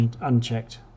unchecked